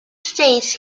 states